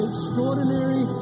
extraordinary